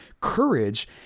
courage